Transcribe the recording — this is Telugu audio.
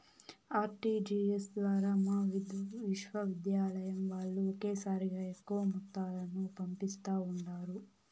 ఆర్టీజీఎస్ ద్వారా మా విశ్వవిద్యాలయం వాల్లు ఒకేసారిగా ఎక్కువ మొత్తాలను పంపిస్తా ఉండారు